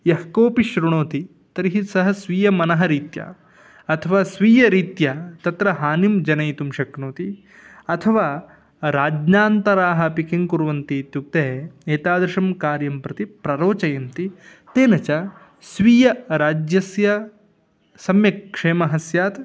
यः कोपि शृणोति तर्हि सः स्वीयमनः रीत्या अथवा स्वीयरीत्या तत्र हानिं जनयितुं शक्नोति अथवा राज्ञान्तराः अपि किं कुर्वन्ति इत्युक्ते एतादृशं कार्यं प्रति प्ररोचयन्ति तेन च स्वीयराज्यस्य सम्यक् क्षेमः स्यात्